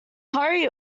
hurry